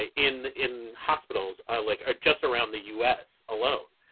ah in in hospitals like ah just around the us alone.